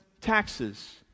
taxes